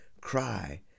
cry